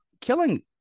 Killing